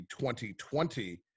2020